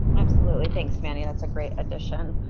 absolutely, thanks mandy, that's a great addition.